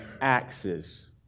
axes